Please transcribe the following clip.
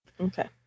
Okay